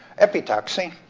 epitaxy,